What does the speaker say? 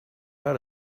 how